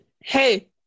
Hey